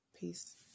Peace